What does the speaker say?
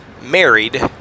married